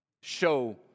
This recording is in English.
show